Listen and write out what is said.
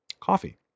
coffee